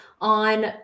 on